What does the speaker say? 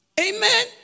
Amen